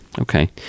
Okay